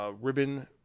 ribbon